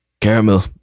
Caramel